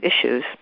issues